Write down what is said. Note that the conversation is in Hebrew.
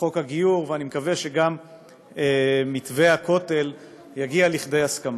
חוק הגיור ואני מקווה שגם במתווה הכותל יגיעו לכדי הסכמה.